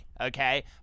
okay